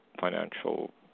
financial